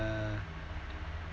uh